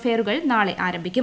ഫെയറുകൾ നാളെ ആരംഭിക്കും